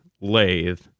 lathe